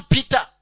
Peter